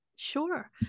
Sure